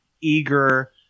eager